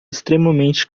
extremamente